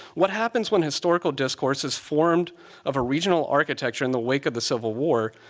what happens when historical discourse is formed of a regional architecture in the wake of the civil war.